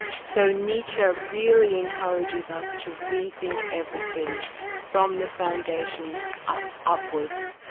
so nietzsche really encourages us to re-think everything from the foundations ah upwards,